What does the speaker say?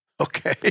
Okay